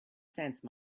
sense